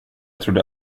trodde